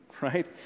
Right